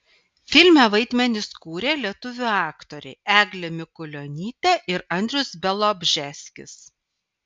filme vaidmenis kūrė lietuvių aktoriai eglė mikulionytė ir andrius bialobžeskis